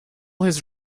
his